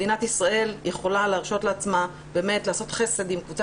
מדינת ישראל יכולה להרשות לעצמה לעשות חסד עם קבוצה